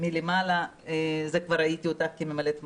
מלמעלה, את זה כבר ראיתי אותך כממלאת מקום.